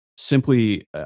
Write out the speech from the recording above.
Simply